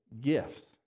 gifts